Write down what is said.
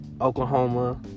Oklahoma